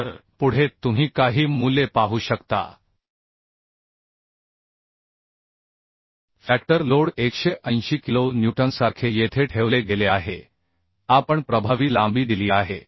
तर पुढे तुम्ही काही मूल्ये पाहू शकता फॅक्टर लोड 180 किलो न्यूटनसारखे येथे ठेवले गेले आहे आपण प्रभावी लांबी दिली आहे